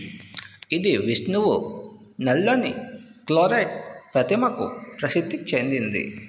ఇది విష్ణువు నల్లని క్లోరైట్ ప్రతిమకు ప్రసిద్ధి చెందింది